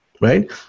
right